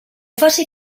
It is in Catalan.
faci